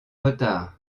retard